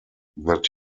that